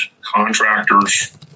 contractors